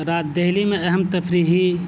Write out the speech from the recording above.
رات دہلی میں اہم تفریحی